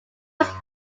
was